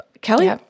Kelly